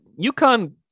UConn